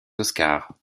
oscars